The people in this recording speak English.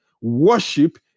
Worship